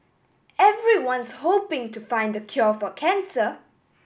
everyone's hoping to find the cure for cancer